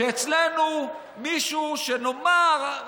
שאצלנו מישהו שנאמר,